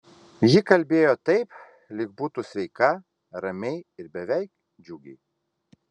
ji kalbėjo taip lyg būtų sveika ramiai ir beveik džiugiai